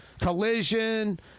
collision